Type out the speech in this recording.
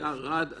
היה רעד אדיר.